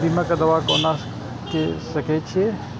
बीमा के दावा कोना के सके छिऐ?